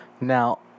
Now